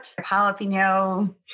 jalapeno